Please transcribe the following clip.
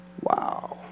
Wow